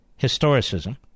historicism